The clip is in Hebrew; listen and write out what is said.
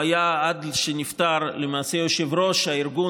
עד שנפטר הוא היה למעשה יושב-ראש ארגון